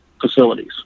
facilities